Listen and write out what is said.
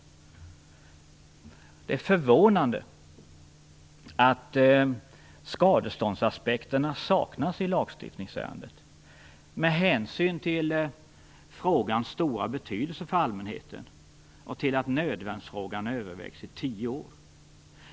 Det är förvånande att skadeståndsaspekterna saknas i lagstiftningsärendet, med hänsyn till frågans stora betydelse för allmänheten och till att nödvärnsfrågan övervägts i tio år.